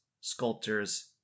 sculptors